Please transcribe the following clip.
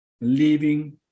Living